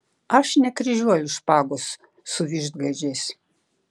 aš nekryžiuoju špagos su vištgaidžiais